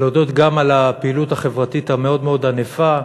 להודות גם על הפעילות החברתית המאוד ענפה,